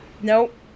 Nope